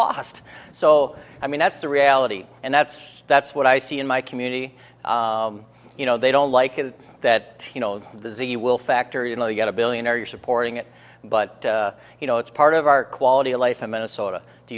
lost so i mean that's the reality and that's that's what i see in my community you know they don't like it that you know dizzy will factor you know you get a billionaire you're supporting it but you know it's part of our quality of life in minnesota do